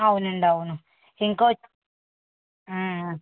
అవునండి అవును ఇంకా